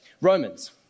Romans